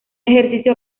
ejercicio